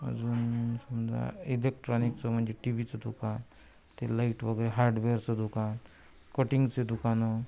अजून समजा इदेक्ट्रॉनिकचं म्हणजे टीव्हीचं दुकान ते लाइट वगैरे हार्डवेअरचं दुकान कटिंगचे दुकानं